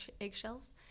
eggshells